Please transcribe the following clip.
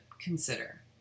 consider